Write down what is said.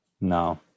No